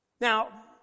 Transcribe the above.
Now